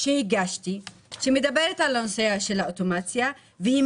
שהגשתי והיא מדברת על הנושא של האוטומציה והיא